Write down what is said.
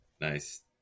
Nice